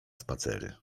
spacery